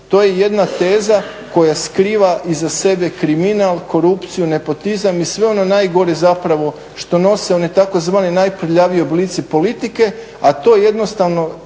To je jedna teza koja skriva iza sebe kriminal, korupciju, nepotizam i sve ono najgore zapravo što nose oni tzv. najprljaviji oblici politike, a to jednostavno